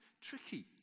tricky